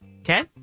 Okay